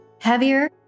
Heavier